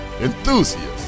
enthusiasts